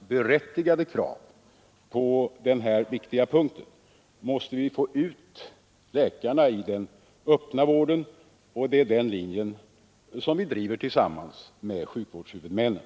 n den berättigade krav på denna viktiga punkt, måste vi få ut läkarna i den 27 maj 1974 öppna vården, och det är den linjen som vi driver tillsammans med = Ersättningsregler för sjukvårdshuvudmännen.